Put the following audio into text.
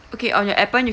okay on your appen you